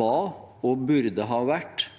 var og burde ha vært